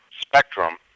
spectrum